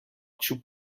چوب